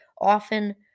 often